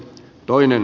toinen